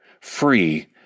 free